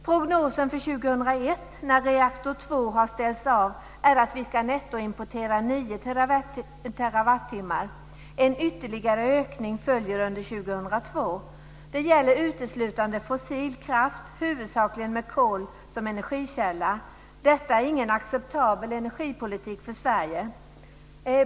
Prognosen för 2001, när reaktor två har ställts av är att vi ska nettoimportera 9 TWh. En ytterligare ökning följer under 2002. Det gäller uteslutande fossil kraft, huvudsakligen med kol som energikälla. Detta är ingen acceptabel energipolitik för Sverige.